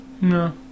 No